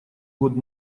год